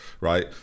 right